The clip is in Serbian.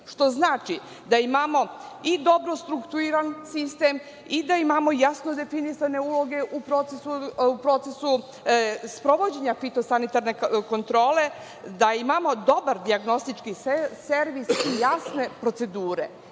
što znači da imamo i dobro struktuiran sistem i da imamo jasno definisane uloge u procesu sprovođenja fitosanitarne kontrole, da imamo dobar dijagnostički servis i jasne procedure. Jedino